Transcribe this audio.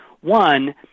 One